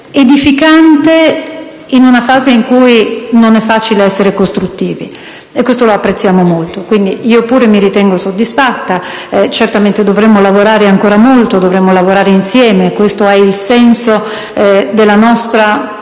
edificante, in una fase in cui non è facile essere costruttivi, e questo lo apprezziamo molto. Pertanto anch'io mi ritengo soddisfatta. Certamente dovremo lavorare ancora molto, dovremo lavorare insieme; questo è il senso della nostra continua